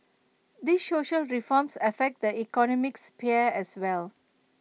these social reforms affect the economic sphere as well